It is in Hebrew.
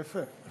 זה יפה.